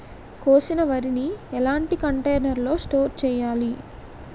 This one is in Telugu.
కోసిన వరిని ఎలాంటి కంటైనర్ లో స్టోర్ చెయ్యాలి?